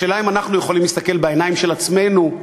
השאלה אם אנחנו יכולים להסתכל בעיניים של עצמנו,